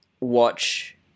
watch